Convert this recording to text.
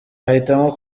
ahitamo